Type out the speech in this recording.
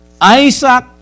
Isaac